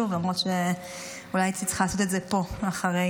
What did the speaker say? למרות שאולי הייתי צריכה לעשות את זה פה אחרי כן.